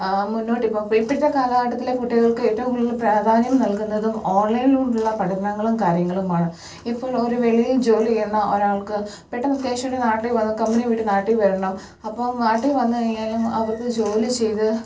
മുന്നോട്ടിപ്പോൾ പോയി ഇപ്പോഴത്തെ കാലഘട്ടത്തിലെ കുട്ടികൾക്ക് ഏറ്റോം കൂടുതൽ പ്രാധാന്യം നൽകുന്നതും ഓൺലൈൻലൂടുള്ള പഠനങ്ങളും കാര്യങ്ങളുമാണ് ഇപ്പോൾ ഒരു വെളിയിൽ ജോലി ചെയ്യുന്ന ഒരാൾക്ക് പെട്ടന്ന് അത്യാവശ്യമായിട്ട് നാട്ടിൽ വന്നു കമ്പനി വിട്ട് നാട്ടിൽ വരണം അപ്പം നാട്ടിൽ വന്ന് കഴിഞ്ഞാലും അവർക്ക് ജോലി ചെയ്ത്